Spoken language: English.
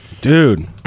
Dude